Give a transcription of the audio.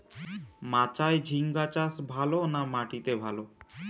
মাচায় ঝিঙ্গা চাষ ভালো না মাটিতে ভালো?